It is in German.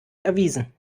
erwiesen